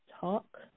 talk